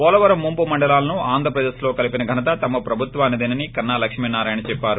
పోలవరం ముంపు మండలాలను ఆంధ్రప్రదేశ్లో కలిపిన ఘనత తమ ప్రభుత్వానిదేనని కన్నా లక్ష్మీనారాయణ చెప్పారు